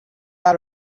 out